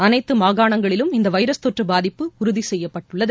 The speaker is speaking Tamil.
அனைத்துமாகாணங்களிலும் இந்தவைரஸ் தொற்றுபாதிப்பு உறுதிசெய்யப்பட்டுள்ளது